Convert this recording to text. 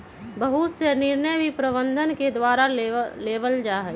बहुत से निर्णय भी प्रबन्धन के द्वारा लेबल जा हई